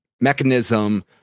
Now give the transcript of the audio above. mechanism